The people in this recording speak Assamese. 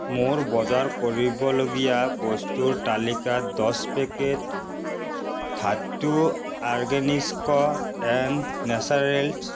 মোৰ বজাৰ কৰিবলগীয়া বস্তুৰ তালিকাত দহ packet Dhatu organics and Naturals